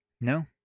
no